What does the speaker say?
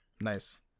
Nice